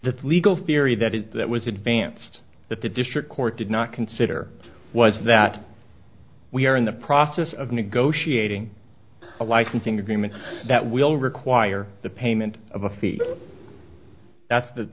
the legal theory that it was advanced that the district court did not consider it was that we are in the process of negotiating a licensing agreement that will require the payment of a fee that's that